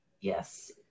Yes